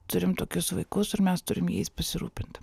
turim tokius vaikus ir mes turim jais pasirūpint